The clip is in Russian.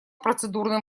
процедурным